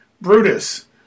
Brutus